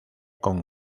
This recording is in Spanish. con